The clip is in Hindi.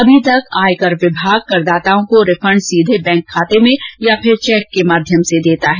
अभी तक आयकर विभाग करदाताओं को रिफंड सीधे बैंक खाते में या फिर चैक के माध्यम से देता है